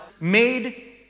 made